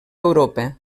europa